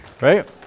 Right